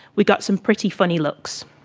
we got some pretty funny looks.